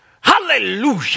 hallelujah